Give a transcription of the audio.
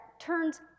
turns